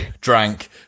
drank